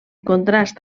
contrast